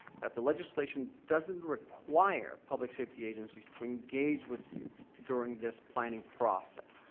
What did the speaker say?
that the legislation doesn't require public safety agencies to engage with you during this planning process.